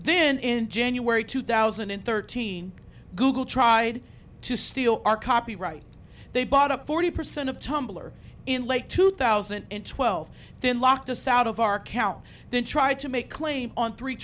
then in january two thousand and thirteen google tried to steal our copyright they bought up forty percent of tumbler in late two thousand and twelve then locked us out of our count then tried to make claim on three